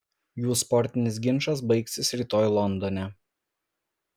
jų sportinis ginčas baigsis rytoj londone